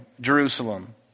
Jerusalem